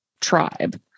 tribe